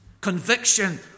conviction